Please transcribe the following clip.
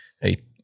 Hey